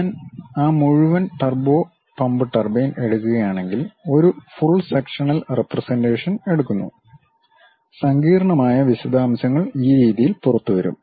ഞാൻ ആ മുഴുവൻ ടർബോ പമ്പ് ടർബൈൻ എടുക്കുകയാണെങ്കിൽ ഒരു ഫുൾ സെക്ഷനൽ റെപ്രെസെൻ്റേഷൻ എടുക്കുന്നു സങ്കീർണ്ണമായ വിശദാംശങ്ങൾ ഈ രീതിയിൽ പുറത്തുവരും